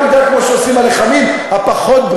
מידה שעושים על הלחמים הפחות-בריאים,